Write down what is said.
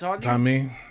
Tommy